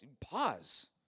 pause